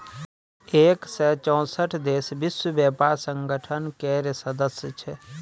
एक सय चौंसठ देश विश्व बेपार संगठन केर सदस्य छै